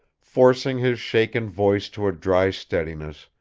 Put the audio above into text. forcing his shaken voice to a dry steadiness,